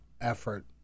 effort